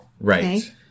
Right